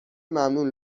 ممنون